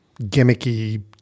gimmicky